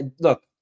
look